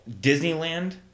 Disneyland